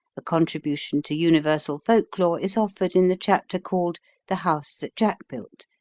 a contribution to universal folk-lore is offered in the chapter called the house that jack built,